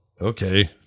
okay